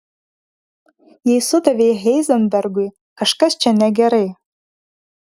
jei sudavei heizenbergui kažkas čia negerai